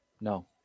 No